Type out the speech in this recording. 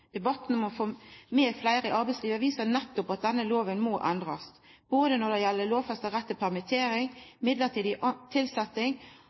Debatten om å få med fleire i arbeidslivet viser nettopp at denne loven må endrast både når det gjeld lovfesta rett til